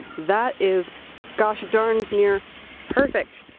that is gosh darn near perfect.